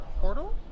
portal